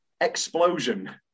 explosion